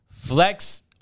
Flex